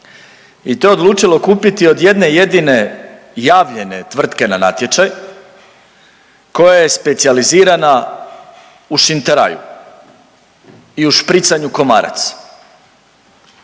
i to je odlučilo kupiti od jedne jedine javljene tvrtke na natječaj koja je specijalizirana u šinteraju i u špricanju komaraca.